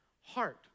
heart